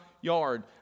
yard